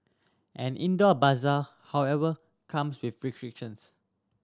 an indoor bazaar however comes with restrictions